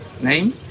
name